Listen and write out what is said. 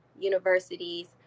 universities